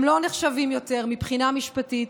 הם לא נחשבים יותר מבחינה משפטית,